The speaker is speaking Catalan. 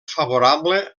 favorable